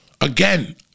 Again